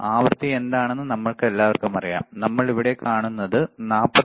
ആവൃത്തി എന്താണെന്ന് നമുക്കെല്ലാവർക്കും അറിയാം നമ്മൾ ഇവിടെ കാണുന്നത് 49